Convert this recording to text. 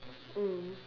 mm